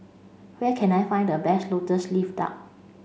where can I find the best lotus leaf duck